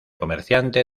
comerciante